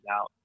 out